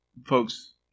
Folks